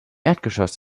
erdgeschoss